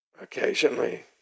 Occasionally